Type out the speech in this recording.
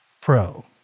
pro